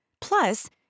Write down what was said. Plus